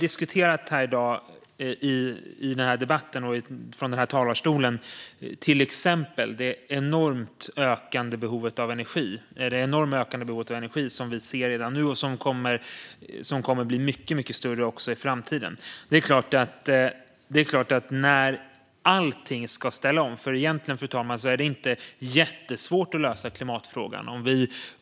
Vi har i den här debatten och i den här talarstolen diskuterat till exempel det enorma och ökande behov av energi som vi ser redan nu och som kommer att bli mycket större i framtiden. Egentligen, fru talman, är det inte jättesvårt att lösa klimatfrågan.